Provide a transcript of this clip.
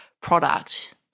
product